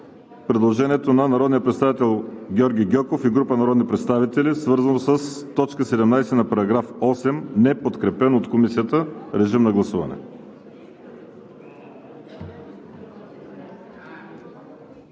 предложението на народния представител Георги Гьоков и група народни представители, свързано с точка 17 на § 8, неподкрепено от Комисията. Гласували